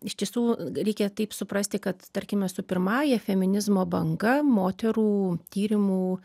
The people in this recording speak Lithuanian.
iš tiesų reikia taip suprasti kad tarkime su pirmąja feminizmo banga moterų tyrimų